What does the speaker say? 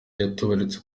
yaratabarutse